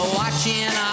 watching